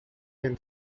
can